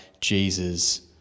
Jesus